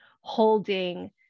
holding